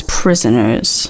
prisoners